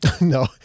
No